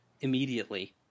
immediately